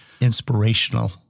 inspirational